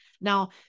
Now